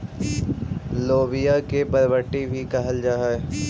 लोबिया के बरबट्टी भी कहल जा हई